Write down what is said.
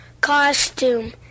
costume